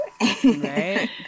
Right